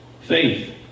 Faith